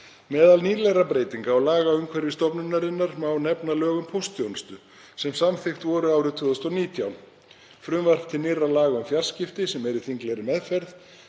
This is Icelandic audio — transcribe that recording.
Meðal nýlegra breytinga á lagaumhverfi stofnunarinnar má nefna lög um póstþjónustu sem samþykkt voru árið 2019, frumvarp til nýrra laga um fjarskipti sem eru í þinglegri meðferð